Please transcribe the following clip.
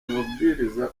amabwiriza